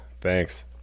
Thanks